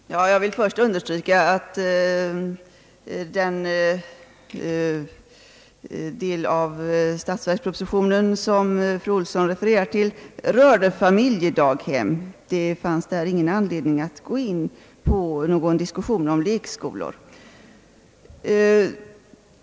Herr talman! Jag vill först understryka att den del av statsverkspropositionen, som fru Olsson refererade till, rör familjedaghem. Det fanns ingen anledning att där gå in på någon diskussion om lekskolor.